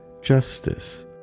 justice